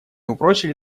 упрочили